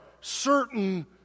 certain